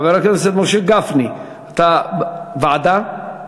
חבר הכנסת משה גפני, אתה מציע ועדה?